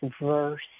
verse